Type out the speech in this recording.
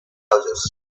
houses